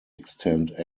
extend